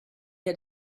had